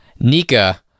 Nika